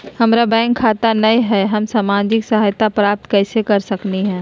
हमार बैंक खाता नई हई, हम सामाजिक सहायता प्राप्त कैसे के सकली हई?